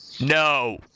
no